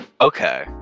Okay